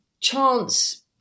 chance